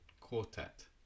quartet